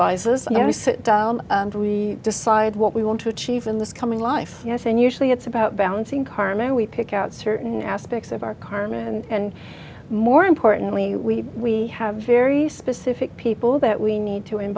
we sit down and we decide what we want to achieve in this coming life yes and usually it's about balancing karma and we pick out certain aspects of our karma and more importantly we we have very specific people that we need to